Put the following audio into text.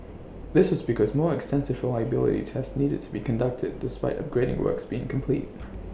this was because more extensive for reliability tests needed to be conducted despite upgrading works being complete